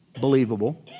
believable